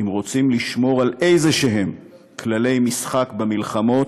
אם רוצים לשמור על איזשהם כללי משחק במלחמות.